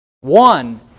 One